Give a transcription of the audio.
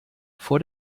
vor